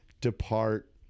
depart